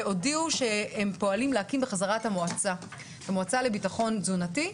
והודיעו שהם פועלים להקים שוב את המועצה לביטחון תזונתי,